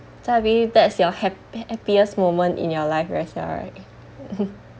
that's your hap~ happiest moment in your life as well right